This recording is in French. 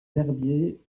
herbiers